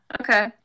Okay